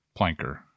planker